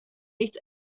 nichts